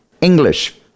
English